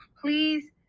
please